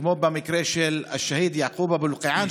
כמו במקרה של השהיד יעקוב אבו אלקיעאן,